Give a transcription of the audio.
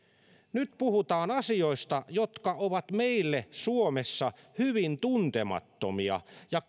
nyt puhutaan asioista jotka ovat meille suomessa hyvin tuntemattomia ja